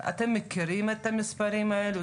אתם מכירים את המספרים האלה?